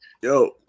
Yo